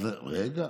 רגע.